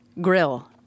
Grill